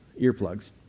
earplugs